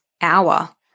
hour